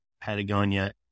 Patagonia